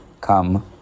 come